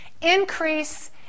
increase